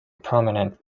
prominent